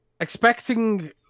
expecting